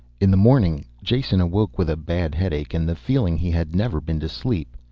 in the morning jason awoke with a bad headache and the feeling he had never been to sleep.